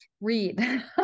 read